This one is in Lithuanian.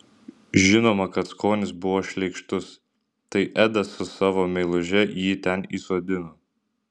žinoma kad skonis buvo šleikštus tai edas su savo meiluže jį ten įsodino